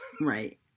Right